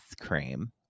cream